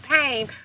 pain